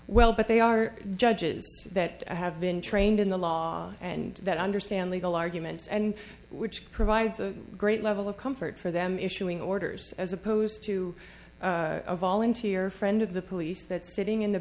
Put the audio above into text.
well but they are judges that have been trained in the law and that understand legal arguments and which provides a great level of comfort for them issuing orders as opposed to a volunteer friend of the police that sitting in the